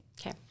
okay